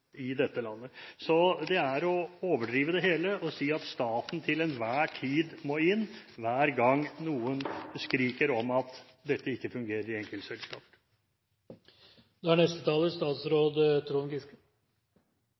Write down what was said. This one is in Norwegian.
dette landet. Det er å overdrive det hele å si at staten til enhver tid må inn hver gang noen skriker om at dette ikke fungerer i enkeltselskaper. Det er